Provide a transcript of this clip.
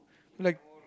like